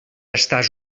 estàs